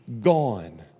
gone